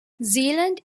zealand